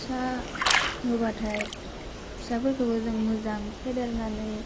फिसा होबाथाइ फिसाफोरखौबो जों मोजां फेदेरनानै